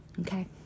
Okay